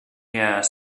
here